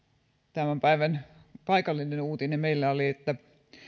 tämän päivän paikallinen uutinen meillä oli että